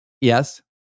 Yes